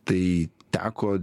tai teko